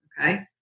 okay